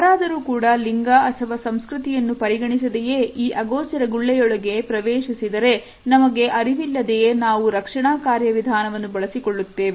ಯಾರಾದರೂ ಕೂಡ ಲಿಂಗ ಅಥವಾ ಸಂಸ್ಕೃತಿಯನ್ನು ಪರಿಗಣಿಸದೆಯೇ ಈ ಅಗೋಚರ ಗುಳ್ಳೆಯೊಳಗೆ ಪ್ರವೇಶಿ ಸಿದರೆ ನಮಗೆ ಅರಿವಿಲ್ಲದೆಯೇ ನಾವು ರಕ್ಷಣಾ ಕಾರ್ಯವಿಧಾನವನ್ನು ಬಳಸಿಕೊಳ್ಳುತ್ತೇವೆ